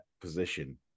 position